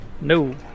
No